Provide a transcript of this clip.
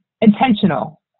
intentional